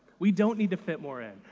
we don't need to fit more in.